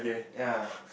ya